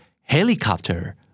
helicopter